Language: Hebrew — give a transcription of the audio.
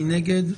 מי נגד?